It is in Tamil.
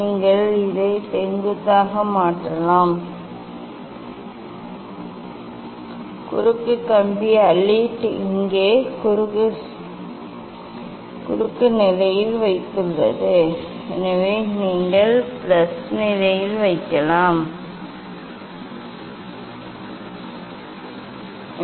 நீங்கள் அதை செங்குத்தாக மாற்றலாம் குறுக்கு கம்பி அலிட் இங்கே குறுக்கு நிலையில் வைத்துள்ளது எனவே நீங்கள் பிளஸ் நிலையில் வைக்கலாம் குறுக்கு கம்பியை சுழற்றுவதற்கு ஒரு நோக்கம் உள்ளது